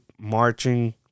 marching